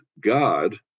God